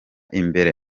imbere